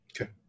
Okay